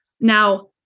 Now